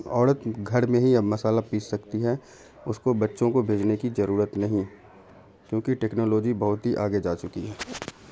عورت گھر میں ہی اب مصحالہ پیس سکتی ہے اس کو بچوں کو بھیجنے کی ضرورت نہیں کیونکہ ٹیکنالوجی بہت ہی آگے جا چکی ہے